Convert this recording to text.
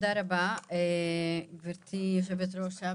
גברתי היושבת-ראש,